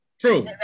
True